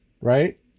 right